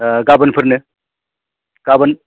गाबोनफोरनो गाबोन